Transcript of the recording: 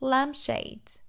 Lampshade